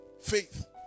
Faith